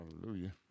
Hallelujah